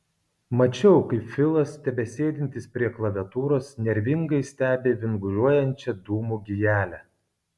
mačiau kaip filas tebesėdintis prie klaviatūros nervingai stebi vinguriuojančią dūmų gijelę